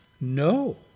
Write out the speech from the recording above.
No